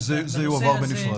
זה יועבר בנפרד.